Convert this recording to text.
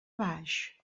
baix